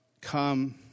come